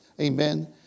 Amen